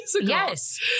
Yes